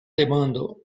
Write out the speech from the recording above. demando